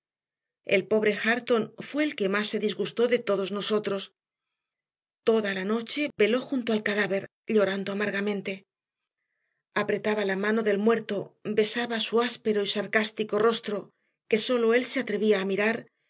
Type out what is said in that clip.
el pobre hareton fue el que más se disgustó de todos nosotros toda la noche veló junto al cadáver llorando amargamente apretaba la mano del muerto besaba su áspero y sarcástico rostro que sólo él se atrevía a mirar